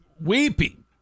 weeping